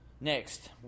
Next